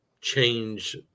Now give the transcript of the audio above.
change